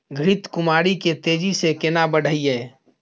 घृत कुमारी के तेजी से केना बढईये?